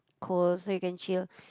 cold so you can chill